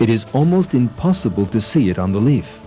it is almost impossible to see it on the leaf